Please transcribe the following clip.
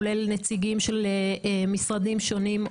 כולל נציגים של משרדים שונים.